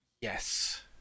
Yes